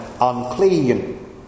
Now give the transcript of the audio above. unclean